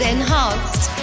Enhanced